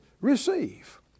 receive